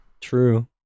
true